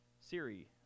Siri